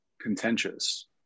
contentious